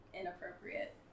inappropriate